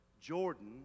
Jordan